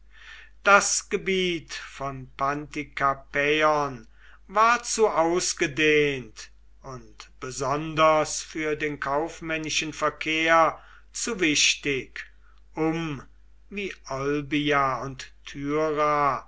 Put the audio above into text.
das gebiet von pantikapäon war zu ausgedehnt und besonders für den kaufmännischen verkehr zu wichtig um wie olbia und